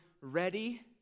ready